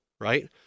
right